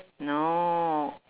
no